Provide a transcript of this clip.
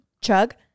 Chug